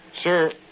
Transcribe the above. sir